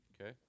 Okay